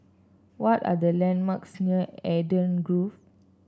what are the landmarks near Eden Grove